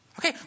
Okay